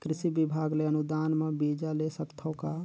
कृषि विभाग ले अनुदान म बीजा ले सकथव का?